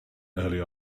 early